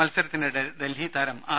മത്സരത്തിനിടെ ഡൽഹി താരം ആർ